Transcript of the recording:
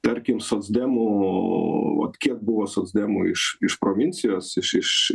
tarkim socdemų vat kiek buvo socdemų iš iš provincijos iš iš